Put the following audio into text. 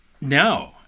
No